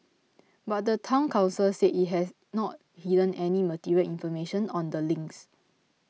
but the Town Council said it had not hidden any material information on the links